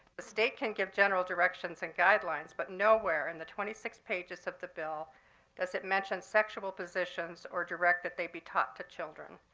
the state can give general directions and guidelines, but nowhere in the twenty six pages of the bill does it mention sexual positions or direct that they be taught to children.